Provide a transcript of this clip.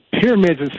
pyramids